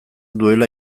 duela